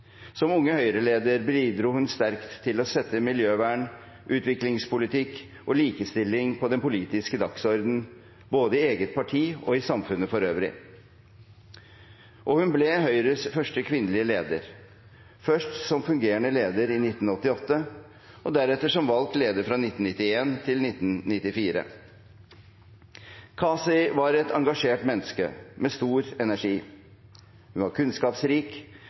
Som Unge Høyre-leder bidro hun sterkt til å sette miljøvern, utviklingspolitikk og likestilling på den politiske dagsordenen, både i eget parti og i samfunnet for øvrig. Hun ble Høyres første kvinnelige leder, først som fungerende leder i 1988 og deretter som valgt leder fra 1991 til 1994. Kaci var et engasjert menneske, med stor energi. Hun var kunnskapsrik,